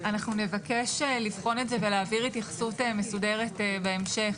אנחנו נבקש לבחון את זה ולהעביר התייחסות מסודרת בהמשך.